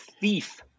thief